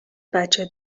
بچه